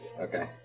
Okay